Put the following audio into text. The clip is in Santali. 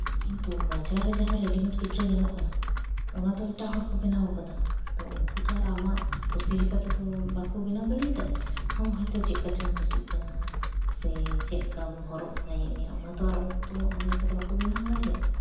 ᱠᱤᱱᱛᱩ ᱵᱟᱡᱟᱨ ᱨᱮ ᱡᱟᱦᱟᱸ ᱨᱮᱰᱤᱢᱮᱰ ᱠᱤᱪᱨᱤᱡ ᱧᱟᱢᱚᱜ ᱠᱟᱱᱟ ᱚᱱᱟ ᱫᱚ ᱮᱴᱟᱜ ᱦᱚᱲ ᱠᱚ ᱵᱮᱱᱟᱣ ᱠᱟᱫᱟ ᱛᱳ ᱩᱱᱠᱩ ᱛᱚ ᱟᱢᱟᱜ ᱠᱩᱥᱤ ᱞᱮᱠᱟ ᱛᱮᱫᱚ ᱵᱟᱝ ᱠᱚ ᱵᱮᱱᱟᱣ ᱫᱟᱲᱮ ᱠᱟᱜᱼᱟ ᱟᱢ ᱦᱚᱭᱛᱳ ᱪᱮᱫᱠᱟ ᱪᱚᱢ ᱠᱩᱥᱤᱜ ᱠᱟᱱᱟ ᱥᱮ ᱪᱮᱫᱠᱟᱢ ᱦᱚᱨᱚᱜ ᱥᱟᱱᱟᱭᱮᱫ ᱢᱮᱭᱟ ᱚᱱᱟ ᱫᱚ ᱩᱱᱠᱩ ᱫᱚ ᱟᱢ ᱞᱮᱠᱟ ᱛᱚ ᱟᱨ ᱵᱟᱠᱚ ᱵᱮᱱᱟᱣ ᱫᱟᱲᱮᱭᱟᱜᱼᱟ